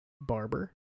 Barber